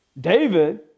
David